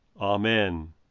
Amen